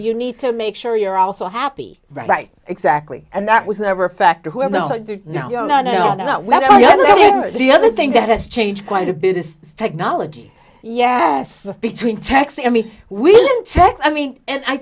you need to make sure you're also happy right exactly and that was never a factor where no no no no no no no no the other thing that has changed quite a bit is technology yes between texting i mean we check i mean and i